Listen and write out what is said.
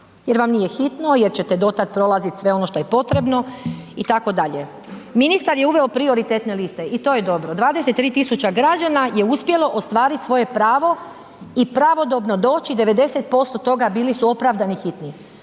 jer vam nije hitno jer ćete do tad prolazit sve ono što je potrebno itd., ministar je uveo prioritetne liste i to je dobro, 23 000 građana je uspjelo ostvarit svoje pravo i pravodobno doći, 90% toga bili su opravdani hitni,